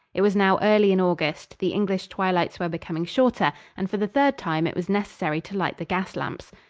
it was now early in august the english twilights were becoming shorter, and for the third time it was necessary to light the gas-lamps.